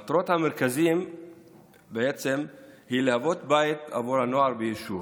מטרות המרכזים הן להיות בית בעבור הנוער ביישוב